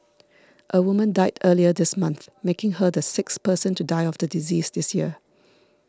a woman died earlier this month making her the sixth person to die of the disease this year